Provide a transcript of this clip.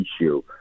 issue